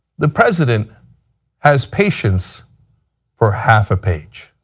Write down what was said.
the president has patience for half a page.